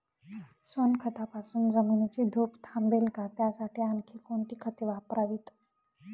सोनखतापासून जमिनीची धूप थांबेल का? त्यासाठी आणखी कोणती खते वापरावीत?